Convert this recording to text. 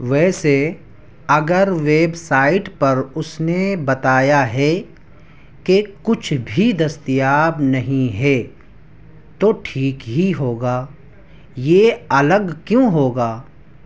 ویسے اگر website پر اس نے بتایا ہے کہ کچھ بھی دستیاب نہیں ہے تو ٹھیک ہی ہوگا یہ الگ کیوں ہوگا